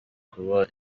kuba